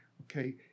okay